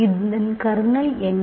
இதன் கர்னல் என்ன